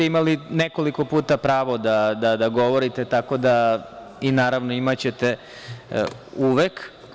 Imali ste nekoliko puta pravo da govorite i naravno imaćete uvek.